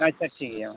ᱟᱪᱪᱷᱟ ᱴᱷᱤᱠ ᱜᱮᱭᱟ ᱢᱟ